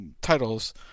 titles